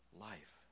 life